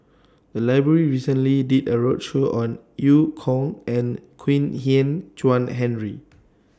The Library recently did A roadshow on EU Kong and Kwek Hian Chuan Henry